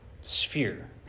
sphere